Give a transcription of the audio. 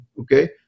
okay